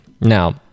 Now